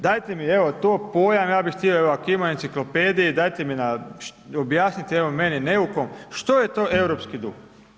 Dajete mi evo to pojam, ja bih htio evo ako ima u enciklopediji, dajte mi objasnite meni neukom što je to europski duh.